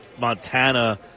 Montana